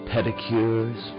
pedicures